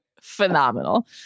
phenomenal